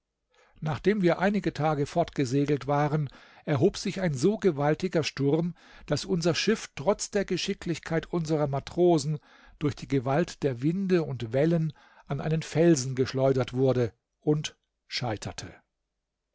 nachdem wir einige tage fortgesegelt waren erhob sich ein so gewaltiger sturm daß unser schiff trotz der geschicklichkeit unserer matrosen durch die gewalt der winde und wellen an einen felsen geschleudert wurde und scheiterte